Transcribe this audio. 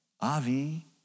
Avi